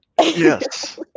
Yes